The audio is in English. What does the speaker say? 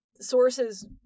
sources